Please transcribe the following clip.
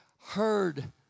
heard